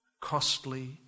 costly